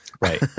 right